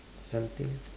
something